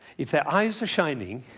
if their eyes are shining,